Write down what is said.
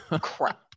crap